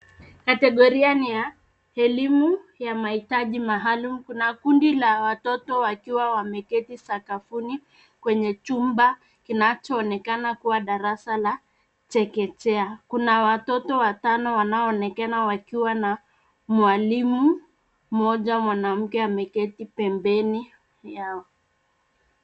Kategoria ni ya elimu ya mahitaji maalum. Kuna kundi la watoto wakiwa wameketi sakafuni kwenye chumba kinachoonekana kuwa darasa la chekechea. Kuna watoto watano wanaoonekana wakiwa na mwalimu mmoja mwanamke ameketi pembeni yao.